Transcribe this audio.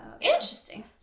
Interesting